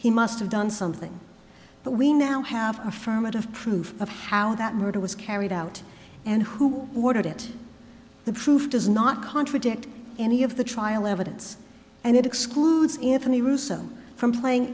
he must have done something but we now have affirmative proof of how that murder was carried out and who ordered it the proof does not contradict any of the trial evidence and it excludes if any were sent from playing